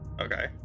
Okay